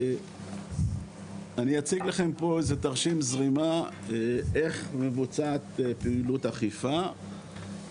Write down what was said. אני אציג לכם פה תרשים זרימה איך מבוצעת פעילות אכיפה.